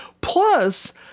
Plus